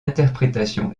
interprétation